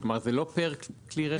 זה לא פר כלי רכב.